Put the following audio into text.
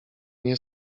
nie